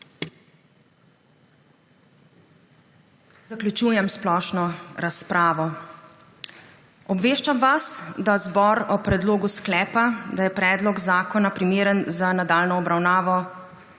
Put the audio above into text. Zaključujem splošno razpravo. Obveščam vas, da zbor o predlogu sklepa, da je predlog zakona primeren za nadaljnjo obravnavo,